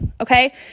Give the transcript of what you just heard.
Okay